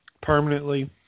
permanently